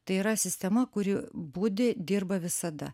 tai yra sistema kuri budi dirba visada